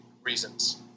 reasons